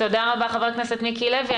תודה רבה, חבר הכנסת מיקי לוי.